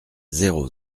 zéro